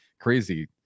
crazy